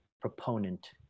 proponent